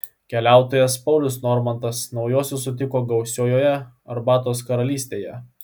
keliautojas paulius normantas naujuosius sutiko gausiojoje arbatos karalystėje